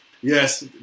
Yes